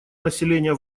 населения